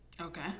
Okay